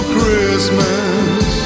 Christmas